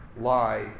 lie